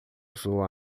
azul